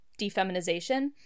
defeminization